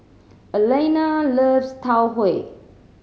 Elaina loves Tau Huay